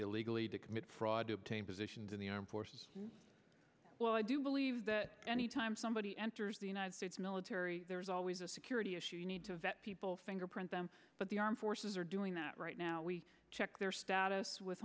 illegally to commit fraud to obtain positions in the armed forces well i do believe that anytime somebody enters the united states military there's always a security issue you need to vet people fingerprint them but the armed forces are doing that right now we check their status with